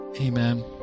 Amen